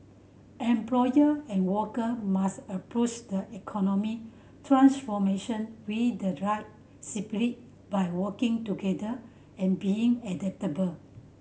employer and worker must approach the economic transformation with the right spirit by working together and being adaptable